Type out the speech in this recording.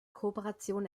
kooperation